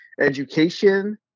education